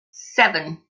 seven